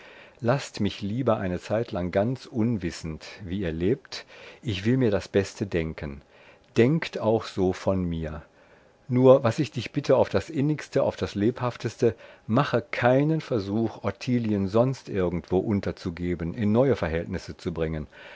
laßt mich lieber eine zeitlang ganz unwissend wie ihr lebt ich will mir das beste denken denkt auch so von mir nur was ich dich bitte auf das innigste auf das lebhafteste mache keinen versuch ottilien sonst irgendwo unterzugeben in neue verhältnisse zu bringen